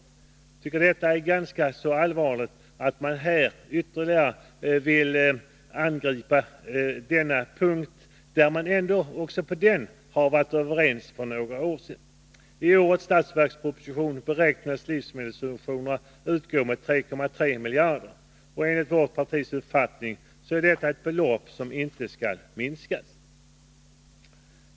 Jag tycker det är allvarligt att man här vill angripa ytterligare en fråga om vilken vi var överens för några år sedan. I årets budgetproposition beräknas livsmedelssubventionerna utgå med 3,3 miljarder kronor, och enligt mitt partis uppfattning är det ett belopp som inte skall sänkas.